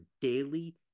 daily